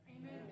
Amen